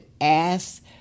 ask